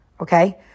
okay